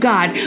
God